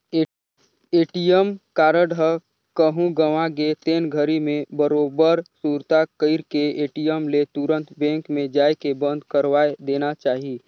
ATM card ह कहूँ गवा गे तेन घरी मे बरोबर सुरता कइर के ए.टी.एम ले तुंरत बेंक मे जायके बंद करवाये देना चाही